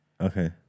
Okay